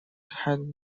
had